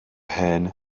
hen